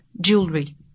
jewelry